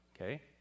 okay